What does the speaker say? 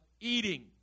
eating